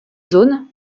zones